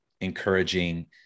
encouraging